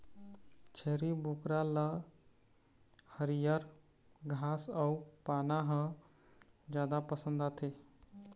छेरी बोकरा ल हरियर घास अउ पाना ह जादा पसंद आथे